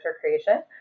creation